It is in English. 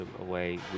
away